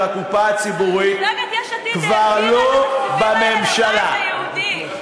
אתם אישרתם העברת כספים.